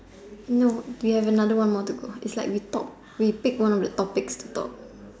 no we have another one more to go is like we talk we pick one of the topics to talk